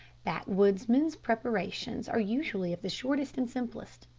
backwoodsmen's preparations are usually of the shortest and simplest.